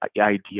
idea